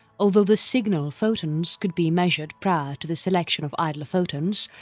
although the signal photons could be measured prior to the selection of idler photons,